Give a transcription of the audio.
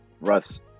russ